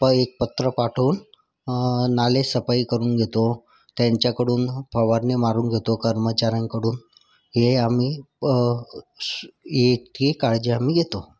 पै पत्र पाठवून नालेसफाई करून घेतो त्यांच्याकडून फवारणी मारून घेतो कर्मचाऱ्यांकडून हे आम्ही प श ये ठी काळजी आम्ही घेतो